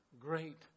great